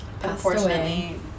unfortunately